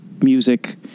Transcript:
music